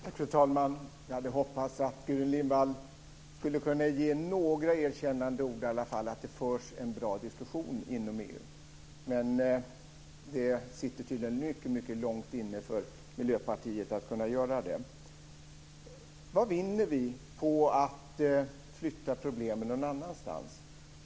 Fru talman! Jag hade hoppats att Gudrun Lindvall skulle ha kunnat ge några erkännande ord till att det förs en bra diskussion inom EU i alla fall. Men det sitter tydligen mycket långt inne för Miljöpartiet att göra det. Vad vinner vi på att flytta problemen någon annanstans?